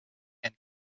and